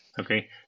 Okay